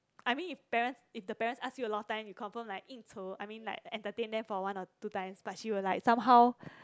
I mean if parents if the parents ask you a lot of time you confirm like 应酬 I mean like entertain them for one or two times but she will like somehow